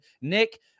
Nick